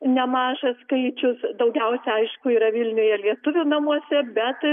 nemažas skaičius daugiausia aišku yra vilniuje lietuvių namuose bet